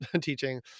teaching